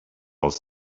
els